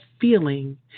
feeling